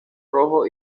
rojo